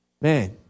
man